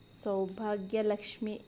Saubhagyalakshmi